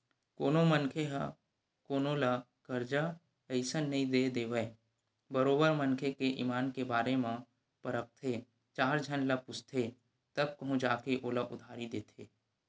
कोनो मनखे ह कोनो ल करजा अइसने नइ दे देवय बरोबर मनखे के ईमान के बारे म परखथे चार झन ल पूछथे तब कहूँ जा के ओला उधारी देथे